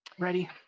Ready